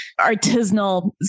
artisanal